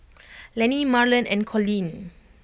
Lanny Marlen and Colleen